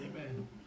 Amen